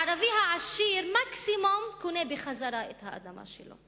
הערבי העשיר מקסימום קונה בחזרה את האדמה שלו.